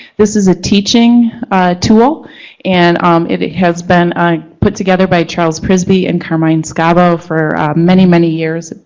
this is a teaching tool and um it it has been put together by charles prisby and carmine scavo for many many years.